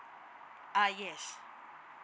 ah yes